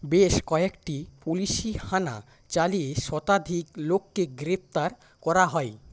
বেশ কয়েকটি পুলিশি হানা চালিয়ে শতাধিক লোককে গ্রেপ্তার করা হয়